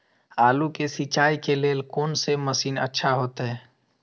आलू के सिंचाई के लेल कोन से मशीन अच्छा होते?